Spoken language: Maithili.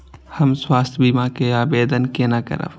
हम स्वास्थ्य बीमा के आवेदन केना करब?